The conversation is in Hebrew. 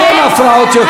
אין הפרעות יותר.